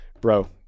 bro